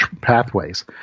pathways